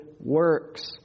works